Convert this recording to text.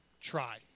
try